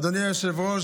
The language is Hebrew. אדוני היושב-ראש,